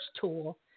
tool